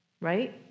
right